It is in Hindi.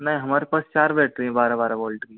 नहीं हमारे पास चार बैट्री हैं बारह बारह वोल्ट की